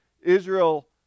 Israel